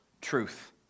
truth